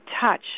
touch